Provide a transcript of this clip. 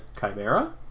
Chimera